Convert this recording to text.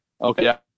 Okay